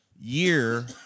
year